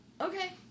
Okay